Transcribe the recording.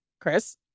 Chris